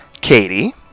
katie